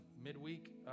Midweek